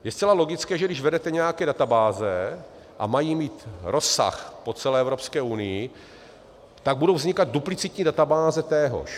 Je zcela logické, že když vedete nějaké databáze a mají mít rozsah po celé Evropské unii, tak budou vznikat duplicitní databáze téhož.